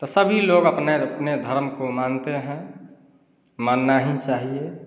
तो सभी लोग अपने अपने धर्म को मानते हैं मानना ही चाहिए